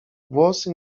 włosy